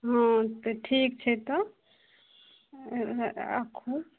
हँ तऽ ठीक छै तऽ राखू